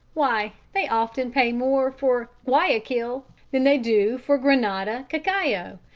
why, they often pay more for guayaquil than they do for grenada cacao.